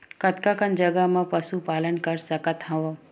कतका कन जगह म पशु पालन कर सकत हव?